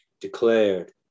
declared